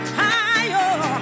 higher